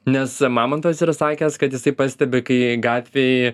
nes mamontovas yra sakęs kad jisai pastebi kai gatvėj